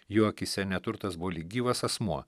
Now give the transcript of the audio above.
jų akyse neturtas buvo lyg gyvas asmuo